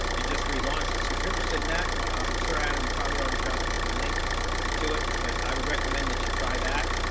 and just relaunched it. so if you're interested in that, i'm sure adam, you probably already dropped the link to it. but i would recommend that you try that